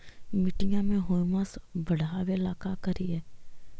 मिट्टियां में ह्यूमस बढ़ाबेला का करिए?